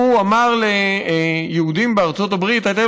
הוא אמר ליהודים בארצות הברית: אתם